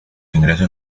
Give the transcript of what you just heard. ingresos